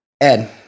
Ed